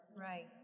Right